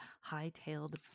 high-tailed